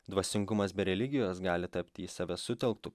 dvasingumas be religijos gali tapti į save sutelktu